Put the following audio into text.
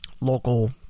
local